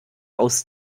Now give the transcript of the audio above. aus